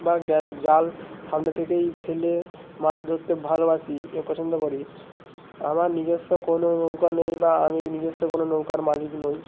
বা জাল সামনে থেকেই ফেলে মাছ ধরতে ভালোবাসি এ পছন্দ করি আমার নিজস্ব কোনো নৌকা নেই বা আমি নিজস্ব কোনো নৌকার মালিক নই